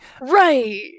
right